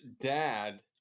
dad